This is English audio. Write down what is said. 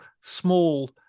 small